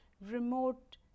remote